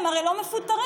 הרי הם לא מפוטרים.